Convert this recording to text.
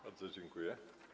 Bardzo dziękuję.